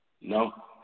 No